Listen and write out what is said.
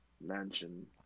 mansion